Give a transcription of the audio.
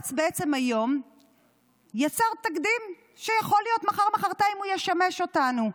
בג"ץ היום יצר תקדים שיכול להיות שמחר-מוחרתיים הוא ישמש אותנו.